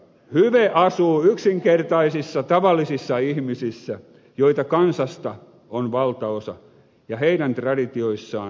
hyve asuu yksinkertaisissa tavallisissa ihmisissä joita kansasta on valtaosa ja heidän traditioissaan